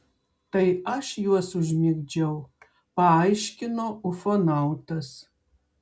tai aš juos užmigdžiau paaiškino ufonautas